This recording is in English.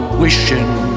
wishing